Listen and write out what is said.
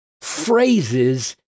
phrases